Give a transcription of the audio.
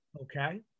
okay